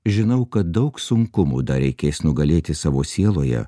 žinau kad daug sunkumų dar reikės nugalėti savo sieloje